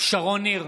שרון ניר,